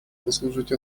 послужить